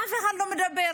אף אחד לא מדבר?